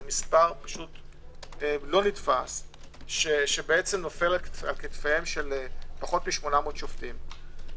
זה מספר לא נתפס שנופל על כתפיהם של פחות מ-800 שופטים.